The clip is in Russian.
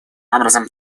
образом